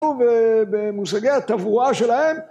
במושגי התברואה שלהם